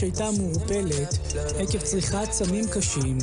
גם כבית המחוקקים וגם כמי שמפקחים על הגורמים השונים,